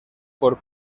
por